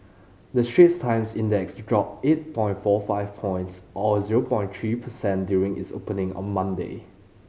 the Straits Times Index dropped eight point four five points or zero point three per cent during its opening on Monday